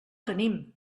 tenim